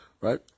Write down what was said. right